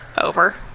over